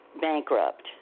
bankrupt